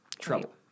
trouble